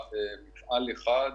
מפעל אחד,